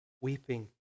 weeping